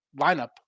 lineup